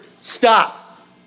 Stop